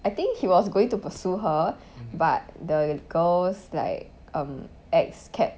I think he was going to pursue her but the girl's like um ex kept